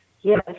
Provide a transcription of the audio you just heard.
Yes